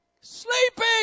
Sleeping